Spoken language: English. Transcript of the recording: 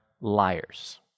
liars